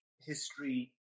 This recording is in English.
history